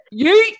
yeet